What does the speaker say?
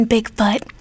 Bigfoot